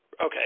Okay